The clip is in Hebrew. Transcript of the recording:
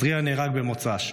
זריהן נהרג במוצ"ש.